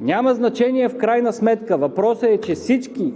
няма значение, въпросът е, че всички